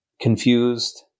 confused